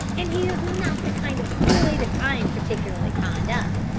and he's not the kind of boy that i am particularly fond of.